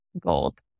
gold